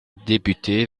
député